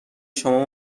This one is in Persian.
شما